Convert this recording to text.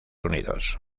unidos